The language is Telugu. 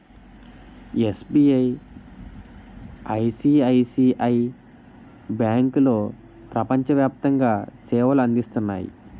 ఎస్.బి.ఐ, ఐ.సి.ఐ.సి.ఐ బ్యాంకులో ప్రపంచ వ్యాప్తంగా సేవలు అందిస్తున్నాయి